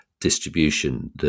distribution